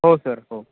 हो सर हो